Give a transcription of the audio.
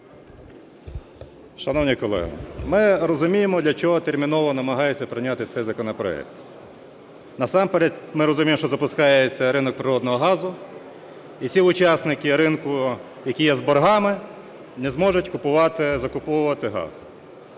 Шановні колеги, ми розуміємо, для чого терміново намагаються прийняти цей законопроект. Насамперед ми розуміємо, що запускається ринок природного газу і ті учасники ринку, які є з боргами, не зможуть купувати,